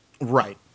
Right